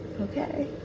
Okay